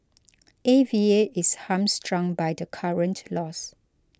A V A is hamstrung by the current laws